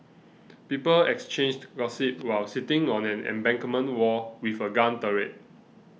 people exchanged gossip while sitting on an embankment wall with a gun turret